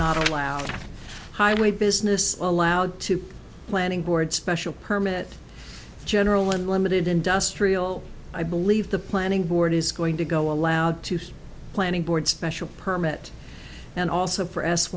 not allowed highway business allowed to planning board special permit general unlimited industrial i believe the planning board is going to go allowed to some planning board special permit and also